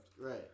Right